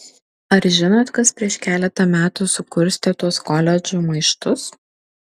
ar žinot kas prieš keletą metų sukurstė tuos koledžų maištus